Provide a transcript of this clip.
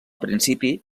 principi